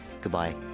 Goodbye